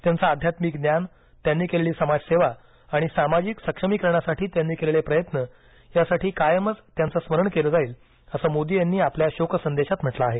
त्यांचे आध्यात्मिक ज्ञान त्यांनी केलेली समाजसेवा आणि सामाजिक सक्षमीकरणासाठी त्यांनी केलेले प्रयत्न यासाठी कायमच त्यांचं स्मरण केलं जाईल असं मोदी यांनी शोक संदेशात म्हटलं आहे